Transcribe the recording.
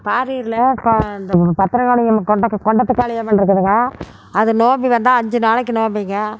தாரீரில் கா இந்த பத்திரகாளியம்மன் குண்டக்க குண்டத்து காளியம்மன் இருக்குதுங்க அது நோம்பு வந்தால் அஞ்சு நாளைக்கு நோம்புங்க